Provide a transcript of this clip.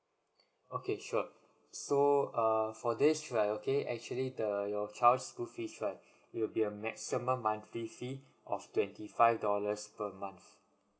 okay sure so uh for this right okay actually the your child's school fee right it will be a maximum monthly fee of twenty five dollars per month